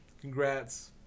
Congrats